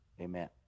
amen